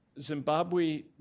Zimbabwe